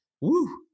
Woo